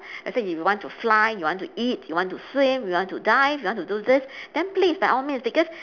let's say you want to fly you want to eat you want to swim you want to dive you want to do this then please by all means because